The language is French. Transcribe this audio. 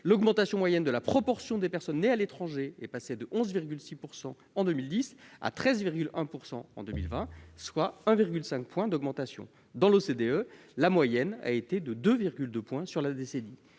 l'augmentation moyenne de la proportion des personnes nées à l'étranger est passée de 11,6 % en 2010 à 13,1 % en 2020, soit 1,5 point d'augmentation. Au sein de l'OCDE, la moyenne s'est établie à 2,2 points sur la décennie.